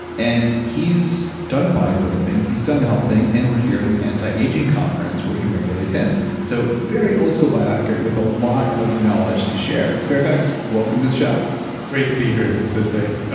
and he's done the bodybuilding thing. he's done the health thing, and we're here at an anti-aging conference where he regularly attends. so very old school biohacker with a lot of knowledge to share. fairfax welcome to the show great to be here, sensei.